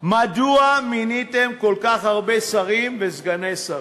מדוע מיניתם כל כך הרבה שרים וסגני שרים?